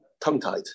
tongue-tied